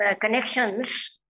connections